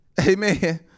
Amen